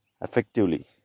effectively